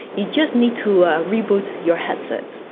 you just need to reboot your headset.